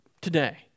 today